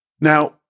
Now